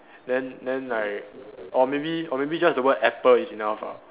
then then like or maybe or maybe just the word apple is enough ah